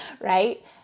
right